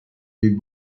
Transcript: den